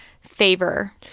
favor